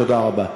תודה רבה.